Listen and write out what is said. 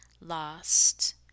lost